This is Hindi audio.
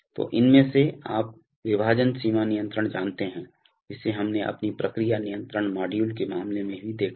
तो इनमें से आप विभाजन सीमा नियंत्रण जानते हैं जिसे हमने अपनी प्रक्रिया नियंत्रण मॉड्यूल के मामले में भी देखा है